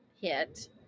hit